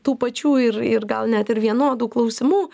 tų pačių ir ir gal net ir vienodų klausimų